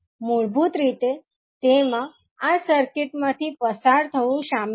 મૂળભૂત રીતે તેમાં આ સર્કિટ માંથી પસાર થવું શામેલ છે